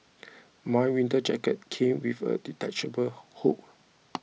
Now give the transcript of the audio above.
my winter jacket came with a detachable hood